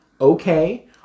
Okay